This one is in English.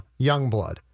Youngblood